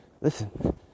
listen